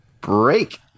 break